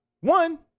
One